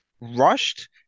Rushed